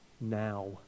now